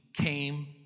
came